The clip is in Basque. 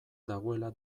dagoela